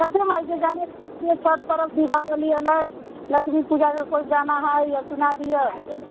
माइ छठि परब दिवाली अयलै लछमी पूजाके कोइ गाना हय या सुना दिअ